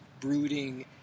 brooding